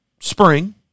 Spring